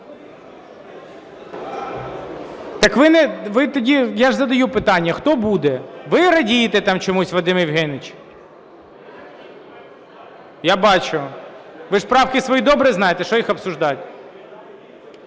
я ж задаю питання: хто буде? Ви радієте там чомусь, Вадим Євгенович. Я бачу, ви ж правки свої добре знаєте, що їх обсуждать?